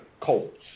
Colts